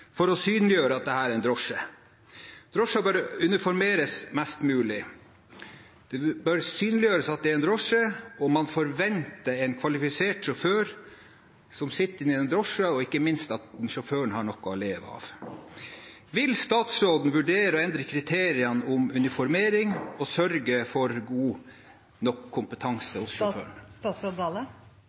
for å synliggjøre at det er en drosje. Drosjen bør uniformeres mest mulig. Det bør synliggjøres at det er en drosje, og man forventer at det er en kvalifisert sjåfør som sitter i drosjen – og ikke minst at sjåføren har noe å leve av. Vil statsråden vurdere å endre kriteriene for uniformering og sørge for god nok kompetanse hos